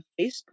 Facebook